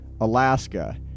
Alaska